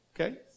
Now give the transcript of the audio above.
Okay